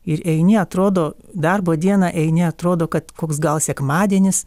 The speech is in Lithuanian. ir eini atrodo darbo dieną eini atrodo kad koks gal sekmadienis